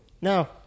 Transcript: No